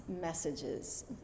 messages